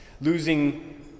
losing